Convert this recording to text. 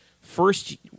first